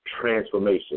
transformation